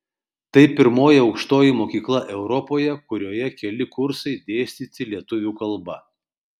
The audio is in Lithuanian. tai pirmoji aukštoji mokykla europoje kurioje keli kursai dėstyti lietuvių kalba